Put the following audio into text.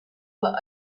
were